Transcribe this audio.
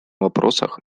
вопросах